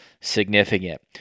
significant